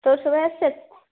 তোর সবাই আসছে